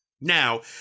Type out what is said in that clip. Now